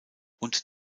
und